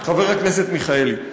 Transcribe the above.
חבר הכנסת מיכאלי.